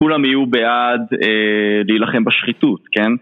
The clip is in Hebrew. כולם יהיו בעד להילחם בשחיתות, כן?